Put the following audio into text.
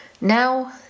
Now